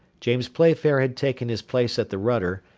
james playfair had taken his place at the rudder,